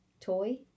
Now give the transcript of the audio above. toy